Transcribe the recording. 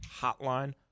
hotline